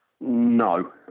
No